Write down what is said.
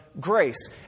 grace